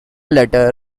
later